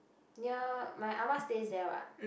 near my Ah-Ma stays there what